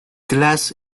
glass